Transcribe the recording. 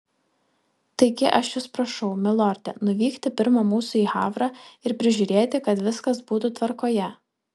taigi aš jus prašau milorde nuvykti pirma mūsų į havrą ir prižiūrėti kad viskas būtų tvarkoje